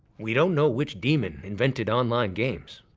we don't know which demon invented online games,